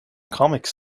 comics